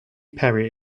perry